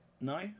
no